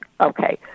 okay